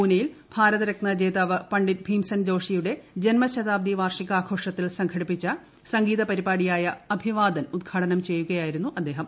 പൂനെയിൽ ഭാരതരത്ന ജേതാവ് പണ്ഡിറ്റ് ഭീംസെൻ ജോഷിയുടെ ജന്മശതാബ്ദി വാർഷികാഘോഷത്തിൽ സംഘടിപ്പിച്ച സംഗീത പരിപാടിയായ അഭിവാദൻ ഉദ്ഘാടനം ചെയ്യുകയായി രുന്നു അദ്ദേഹം